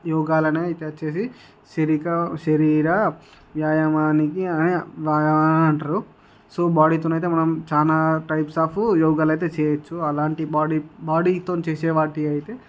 యోగాలని అయితే చేసి శరిక శరీర వ్యాయామానికి వ్యాయ అంటారు సో బాడీతోనైతే మనం చాలా టైప్స్ ఆఫ్ యోగాలు అయితే చేయచ్చు అలాంటి బాడీ బాడీతో చేసే వాటికి అయితే